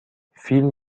فیلم